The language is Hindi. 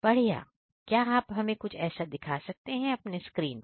बढ़िया क्या आप हमें ऐसा कुछ दिखा सकते हैं अपने स्क्रीन पर